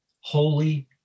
holy